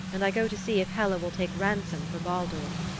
and i go to see if hela will take ransom for baldur.